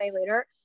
later